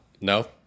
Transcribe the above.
no